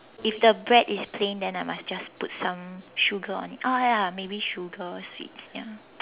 if the bread is plain then I must just put some sugar on it ah ya maybe sugar sweets ya